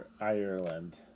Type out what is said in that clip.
Ireland